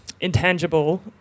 intangible